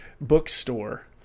bookstore